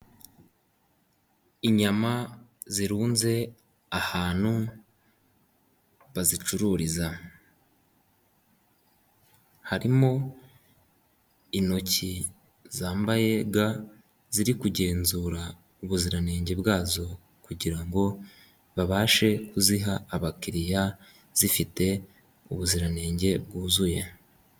Inyama zirunze ahantu bazicururiza harimo intoki zambaye ga ziri kugenzura ubuziranenge bwazo kugira ngo babashe kuziha abakiriya zifite ubuziranenge bwuzuye.